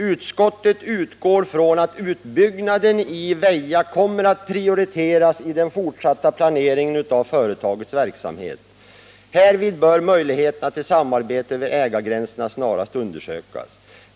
Utskottet utgår från att utbyggnaden i Väja kommer att prioriteras i den fortsatta planeringen av företagets verksamhet. Härvid bör möjligheterna till samarbete över ägargränserna snarast undersökas.